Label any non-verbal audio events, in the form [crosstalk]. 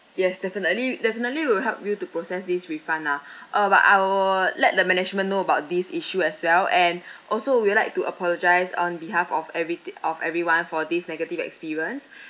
yes definitely definitely we'll help you to process this refund lah [breath] uh but I will let the management know about this issue as well and [breath] also we would like to apologise on behalf of everythi~ of everyone for these negative experience [breath]